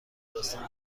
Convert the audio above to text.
داستان